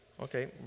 Okay